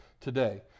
today